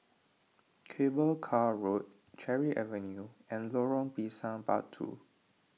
Cable Car Road Cherry Avenue and Lorong Pisang Batu